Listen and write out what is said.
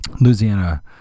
Louisiana